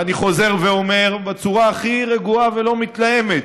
אני חוזר ואומר בצורה הכי רגועה ולא מתלהמת: